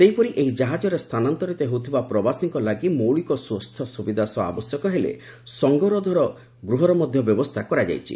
ସେହିପରି ଏହି ଜାହାଜରେ ସ୍ଥାନାନ୍ତରିତ ହେଉଥିବା ପ୍ରବାସୀଙ୍କ ଲାଗି ମୌଳିକ ସ୍ୱାସ୍ଥ୍ୟ ସୁବିଧା ସହ ଆବଶ୍ୟକ ହେଲେ ସଂଗରୋଧ ଗୃହର ମଧ୍ୟ ବ୍ୟବସ୍ଥା କରାଯାଇଛି